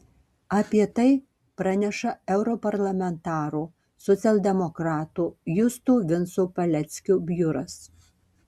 apie tai praneša europarlamentaro socialdemokrato justo vinco paleckio biuras